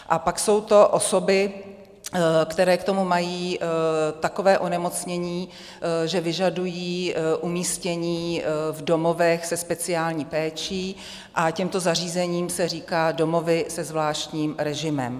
A pak jsou to osoby, které k tomu mají takové onemocnění, že vyžadují umístění v domovech se speciální péčí, a těmto zařízením se říká domovy se zvláštním režimem.